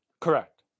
Correct